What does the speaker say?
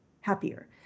happier